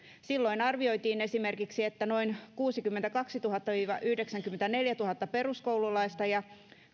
silloin arvioitiin esimerkiksi että noin kuusikymmentäkaksituhatta viiva yhdeksänkymmentäneljätuhatta peruskoululaista ja